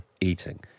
eating